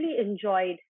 enjoyed